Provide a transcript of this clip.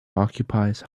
occupies